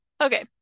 Okay